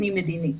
פנים מדינית.